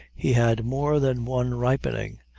he had more than one ripening.